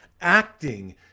acting